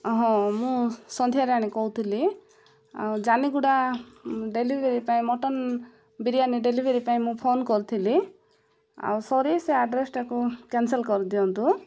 ହଁ ମୁଁ ସନ୍ଧ୍ୟାରାଣୀ କହୁଥିଲି ଆଉ ଜାନି ଗୁଡ଼ା ଡେଲିଭରି ପାଇଁ ମଟନ ବିରିୟାନୀ ଡେଲିଭରି ପାଇଁ ମୁଁ ଫୋନ୍ କରିଥିଲି ଆଉ ସରି ସେ ଆଡ୍ରେସଟାକୁ କ୍ୟାନସେଲ୍ କରିଦିଅନ୍ତୁ